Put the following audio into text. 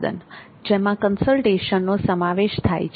જેમાં કન્સલ્ટેશનનો સમાવેશ થાય છે